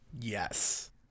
yes